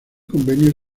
convenio